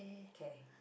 okay